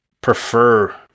prefer